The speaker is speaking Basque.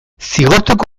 zigortuko